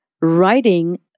writing